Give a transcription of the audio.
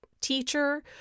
teacher